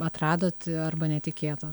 atradot arba netikėto